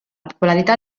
popolarità